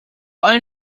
allen